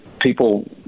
people